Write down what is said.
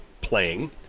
playing